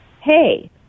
hey